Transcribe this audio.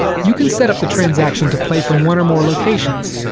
you can set up the transaction to play from one or more locations.